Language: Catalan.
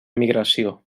migració